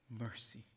Mercy